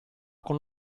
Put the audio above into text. con